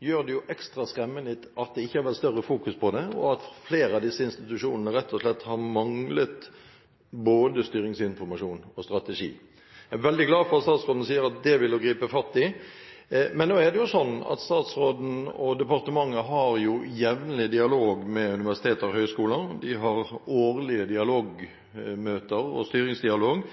gjør det jo ekstra skremmende at det ikke har vært større fokus på det, og at flere av disse institusjonene rett og slett har manglet både styringsinformasjon og strategi. Jeg er veldig glad for at statsråden sier at hun vil gripe fatt i dette. Det er sånn at statsråden og departementet jevnlig har dialog med universiteter og høyskoler – årlige dialogmøter og styringsdialog –